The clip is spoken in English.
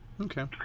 Okay